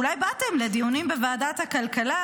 אולי באתם לדיונים בוועדת הכלכלה,